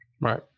Right